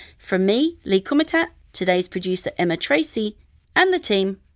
from me, lee kumutat, today's producer emma tracey and the team,